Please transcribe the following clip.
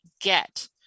get